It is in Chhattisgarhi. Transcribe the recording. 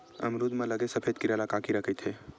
अमरूद म लगे सफेद कीरा ल का कीरा कइथे?